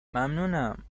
ممنونم